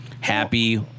Happy